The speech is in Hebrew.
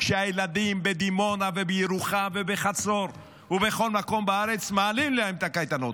כשלילדים בדימונה ובירוחם ובחצור ובכל מקום בארץ מעלים את הקייטנות.